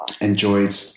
enjoyed